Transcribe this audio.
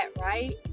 right